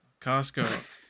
Costco